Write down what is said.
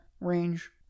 range